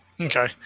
Okay